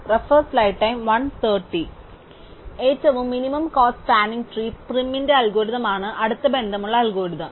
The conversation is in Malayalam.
ഏറ്റവും മിനിമം കോസ്റ്റ സ്പാനിങ് ട്രീക് പ്രിമിന്റെ അൽഗോരിതം ആണ് അടുത്ത ബന്ധമുള്ള അൽഗോരിതം